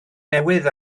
newydd